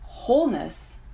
Wholeness